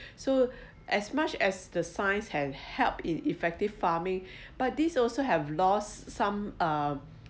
so as much as the science has help in effective farming but this also have lost some uh